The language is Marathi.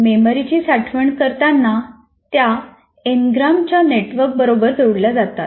मेमरी ची साठवण करताना त्या एनग्रामच्या नेटवर्क बरोबर जोडल्या जातात